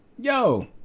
yo